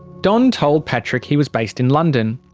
don told patrick he was based in london.